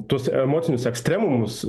tuos emocinius ekstremumus